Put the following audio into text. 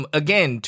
again